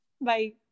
Bye